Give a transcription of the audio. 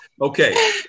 Okay